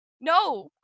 no